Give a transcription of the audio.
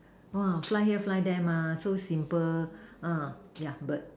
!wah! fly here fly there mah so simple uh yeah bird